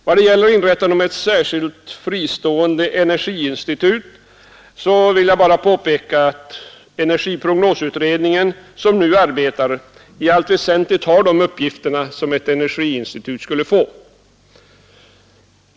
Vad gäller frågan om inrättande av ett fristående energiinstitut vill jag påpeka att energiprognosutredningen, som nu arbetar, i allt väsentligt har de uppgifter som ett sådant institut skulle få.